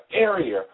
area